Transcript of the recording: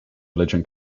religion